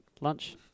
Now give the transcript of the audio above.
Lunch